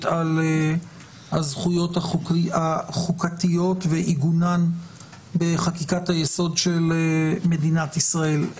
על הזכויות החוקתיות ועיגונן בחקיקת היסוד של מדינת ישראל.